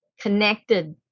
connected